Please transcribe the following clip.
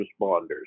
responders